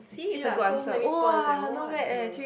see lah so many points eh what the